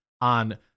on